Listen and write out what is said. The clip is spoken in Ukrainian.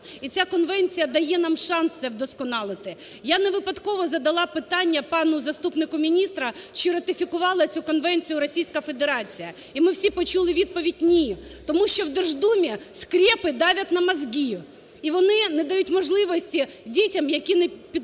І ця конвенція дає нам шанс це вдосконалити. Я не випадково задала питання пану заступнику міністра: чи ратифікувала цю конвенцію Російська Федерація. І ми всі почули відповідь: "Ні". Тому що в Держдумі "скрепы давят на мозги". І вони не дають можливості дітям, які не підпадають